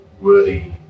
worthy